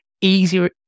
easier